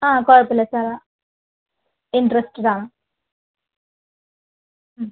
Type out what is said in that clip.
ആ കുഴപ്പം ഇല്ല സാർ ഇൻ്ററസ്റ്റടാണ് മ്